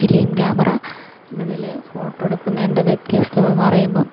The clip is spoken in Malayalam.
ഫിലിം ക്യാമറ കളിൽ ഫോട്ടോ എടുക്കുന്നതിന്റെ വ്യത്യസ്തത എന്നു പറയുമ്പം